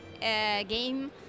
game